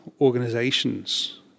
organizations